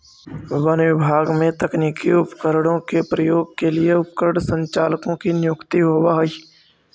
वन विभाग में तकनीकी उपकरणों के प्रयोग के लिए उपकरण संचालकों की नियुक्ति होवअ हई